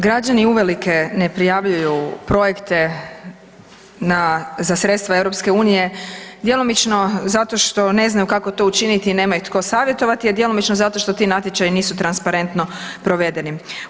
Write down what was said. Građani uvelike ne prijavljuju projekte na, za sredstva EU djelomično zato što ne znaju kako to učiniti i nema ih tko savjetovati, a djelomično zato što ti natječaji nisu transparentno provedeni.